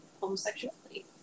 Homosexuality